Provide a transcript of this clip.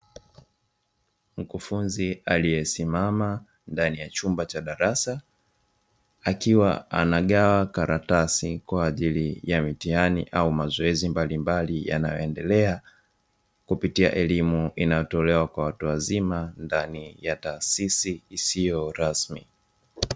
Mkufunzi aliyesimama ndani ya chumba cha darasa akiwa anagawa karatasi kwa ajili ya mitihani, au mazoezi mbalimbali yanayoendelea kupitia elimu inayotolewa kwa watu wazima ndani ya taasisi isiyo rasmi.